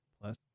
Plus